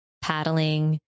paddling